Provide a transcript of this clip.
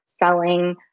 selling